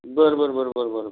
बरं बरं बरं बरं बरं